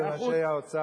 של אנשי האוצר,